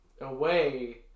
Away